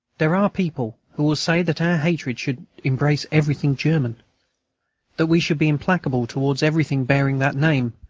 there are people who will say that our hatred should embrace everything german that we should be implacable towards everything bearing that name,